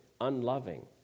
unloving